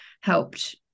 helped